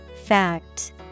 Fact